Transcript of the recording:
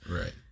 Right